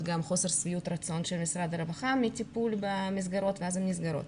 גם חוסר שביעות רצון של משרד הרווחה מהטיפול במסגרות ואז הן נסגרות.